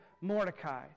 Mordecai